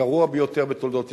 הגרוע ביותר בתולדות ישראל,